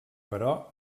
però